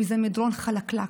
וזה מדרון חלקלק,